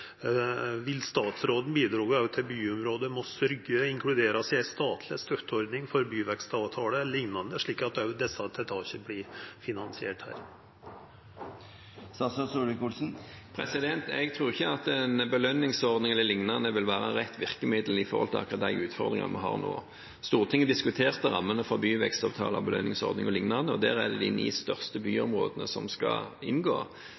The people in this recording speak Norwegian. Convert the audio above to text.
Vil statsråden bidra til at byområdet Moss-Rygge vert inkludert i ei statleg støtteordning for byvekstavtale e.l., slik at også desse tiltaka vert finansierte her? Jeg tror ikke en belønningsordning e.l. vil være rett virkemiddel når det gjelder akkurat de utfordringene vi har nå. Stortinget diskuterte rammene for byvekstavtale, belønningsordning o.l., og der er det de ni største byområdene som skal inngå.